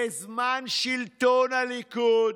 בזמן שלטון הליכוד,